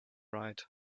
right